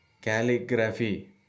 calligraphy